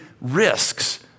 risks